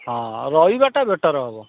ହଁ ଆଉ ରହିବାଟା ବେଟର୍ ହବ